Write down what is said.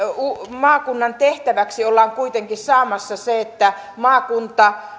maakunnan tehtäväksi ollaan kuitenkin saamassa se että maakunta